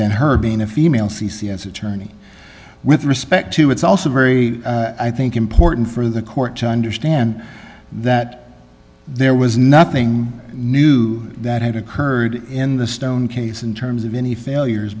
that her being a female c c as attorney with respect to it's also very i think important for the court to understand that there was nothing new that had occurred in the stone case in terms of any failures